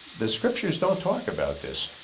the scriptures don't talk about this.